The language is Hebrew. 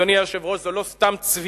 אדוני היושב-ראש, זו לא סתם צביעות,